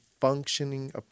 functioning